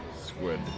Squid